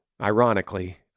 ironically